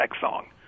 song